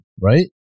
right